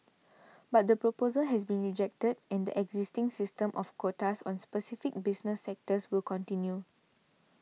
but the proposal has been rejected and existing system of quotas on specific business sectors will continue